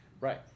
right